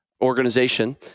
organization